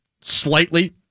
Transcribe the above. slightly